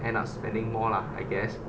end up spending more lah I guess